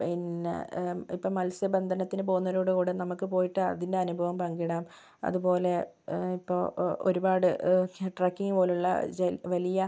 പിന്നെ ഇപ്പം മത്സ്യ ബന്ധനത്തിന് പോകുന്നവരോട് കൂടി നമുക്ക് പോയിട്ട് അതിൻ്റെ അനുഭവം പങ്കിടാം അതുപോലെ ഇപ്പോൾ ഒരുപാട് ട്രക്കിങ് പോലെയുള്ള ചെ വലിയ